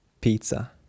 Pizza